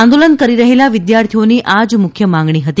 આંદોલન કરી રહેલા વિદ્યાર્થીઓની આ જ મુખ્ય માગણી હતી